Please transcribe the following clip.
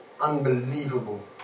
unbelievable